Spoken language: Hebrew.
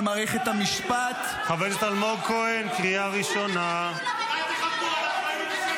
מערכת המשפט --- קריאה: קריאה: אבל אנחנו לא